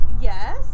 yes